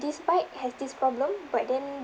this bike has this problem but then